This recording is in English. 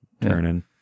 turning